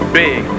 big